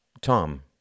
Tom